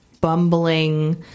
bumbling